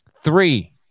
three